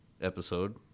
episode